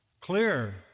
clear